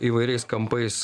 įvairių įvairiais kampais